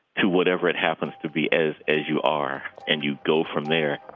to whatever it happens to be as as you are and you go from there